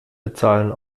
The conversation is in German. bezahlen